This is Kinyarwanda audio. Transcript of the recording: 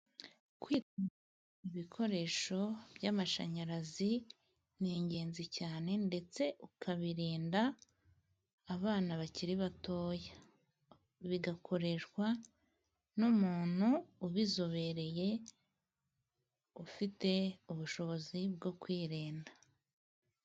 Kwita ku bikoresho by'amashanyarazi ni ingenzi cyane, ndetse ukabirinda abana bakiri batoya, bigakoreshwa n'umuntu ubizobereye ufite ubushobozi bwo kwirinda.